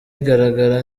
igaragara